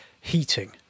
heating